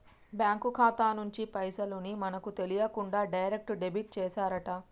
bank ఖాతా నుంచి పైసల్ ని మనకు తెలియకుండా డైరెక్ట్ డెబిట్ చేశారట